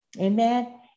amen